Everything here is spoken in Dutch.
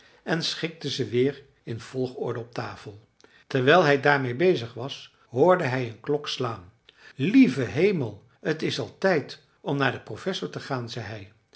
en schikte ze weer in volgorde op de tafel terwijl hij daarmeê bezig was hoorde hij een klok slaan lieve hemel t is al tijd om naar den professor te gaan zei